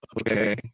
Okay